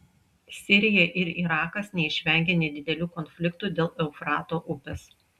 sirija ir irakas neišvengė nedidelių konfliktų dėl eufrato upės